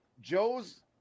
joe's